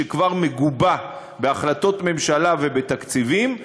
שכבר מגובה בהחלטות ממשלה ובתקציבים,